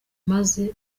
maze